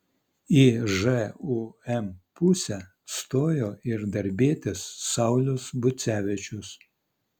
į žūm pusę stojo ir darbietis saulius bucevičius